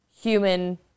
human